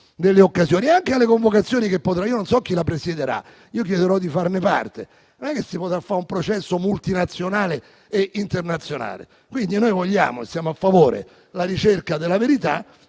Anche quanto alle convocazioni, io non so chi la presiederà, chiederò di farne parte, ma non si potrà fare un processo multinazionale e internazionale, quindi noi vogliamo e siamo a favore della ricerca della verità,